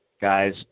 guys